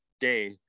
day